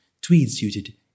tweed-suited